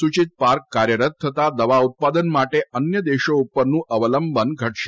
સુચિત પાર્ક કાર્યરત થતાં દવા ઉત્પાદન માટે અન્ય દેશો ઉપરનું અવલંબન ઘટશે